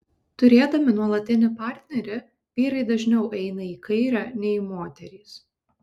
turėdami nuolatinį partnerį vyrai dažniau eina į kairę nei moterys